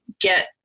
get